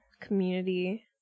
community